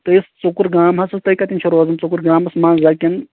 تُہۍ یُس ژوٚکُر گام ہسا چھُ تُہۍ کَتیٚن چھُو روزان ژوٚکُر گامس منٛزا کِنہٕ